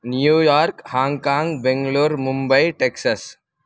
New York Hong Kong Bengaluru Mumbai Texas